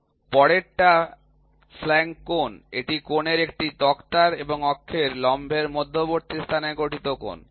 পরেরটা ফ্ল্যাঙ্ক কোণ এটি কোণের একটি তক্তার এবং অক্ষের লম্বের মধ্যবর্তী স্থানে গঠিত কোণ